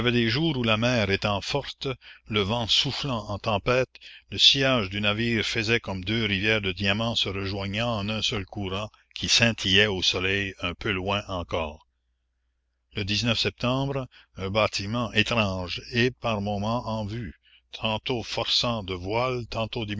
des jours où la mer étant forte le vent soufflant en tempête le sillage du navire faisait comme deux rivières de diamants se rejoignant en un seul courant qui scintillait au soleil un peu loin encore e septembre un bâtiment étrange est par moments en vue tantôt forçant de voiles tantôt